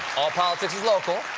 all politics is local,